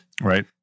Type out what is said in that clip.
Right